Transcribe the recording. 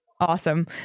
Awesome